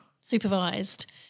supervised